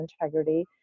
integrity